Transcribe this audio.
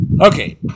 Okay